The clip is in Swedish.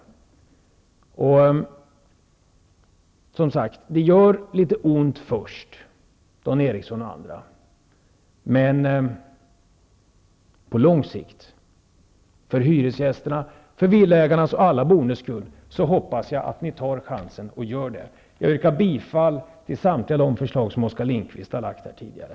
Som sagt: Det gör litet ont först, Dan Eriksson och andra, men på lång sikt för hyresgästernas, för villaägarnas och alla boendes skull hoppas jag att ni tar chansen och väljer vårt alternativ. Jag yrkar bifall till samtliga de förslag som Oskar Lindkvist har framfört här tidigare.